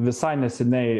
visai neseniai